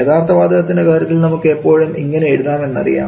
യഥാർത്ഥ വാതകത്തിൻറെ കാര്യത്തിൽ നമുക്ക് എപ്പോഴും ഇങ്ങനെ എഴുതാം എന്ന് അറിയാം